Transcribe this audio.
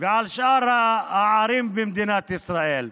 ועל שאר הערים במדינת ישראל.